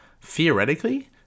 theoretically